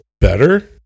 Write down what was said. better